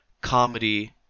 comedy